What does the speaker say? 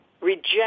reject